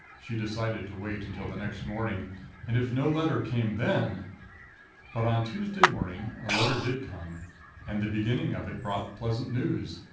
she decided to wait until the next morning and, if no letter came then but on tuesday morning a letter did come and the beginning of it brought pleasant news.